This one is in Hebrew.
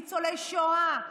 ניצולי שואה,